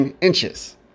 inches